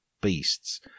beasts